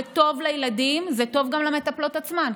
זה טוב לילדים וטוב גם למטפלות עצמן,